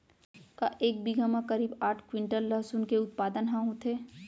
का एक बीघा म करीब आठ क्विंटल लहसुन के उत्पादन ह होथे?